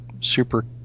super